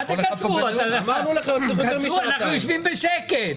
מה תקצרו, אנחנו יושבים בשקט.